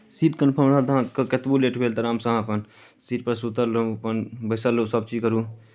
seat confirm रहत तऽ अहाँके कतबो लेट भेल तऽ आरामसँ अहाँ अपन सीटपर सूतल रहू अपन बैसल रहू सभचीज करू